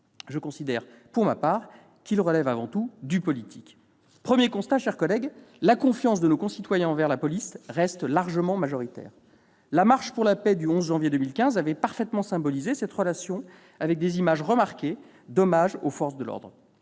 Je considère, pour ma part, qu'il relève avant tout du politique ! Premier constat, chers collègues : la confiance de nos concitoyens envers la police reste largement majoritaire. La marche pour la paix du 11 janvier 2015 avait parfaitement symbolisé cette relation avec des images remarquées d'hommage aux forces de l'ordre.